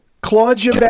Claudia